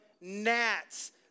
gnats